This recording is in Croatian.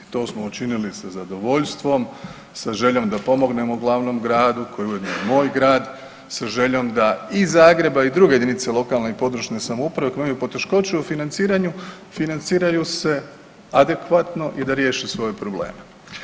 To smo učinili sa zadovoljstvom, sa željom da pomognemo glavnom gradu koji je ujedno i moj grad, sa željom da i Zagreb i druge jedinice lokalne i područne samouprave koje imaju poteškoće u financiranju financiraju se adekvatno i da riješe svoje probleme.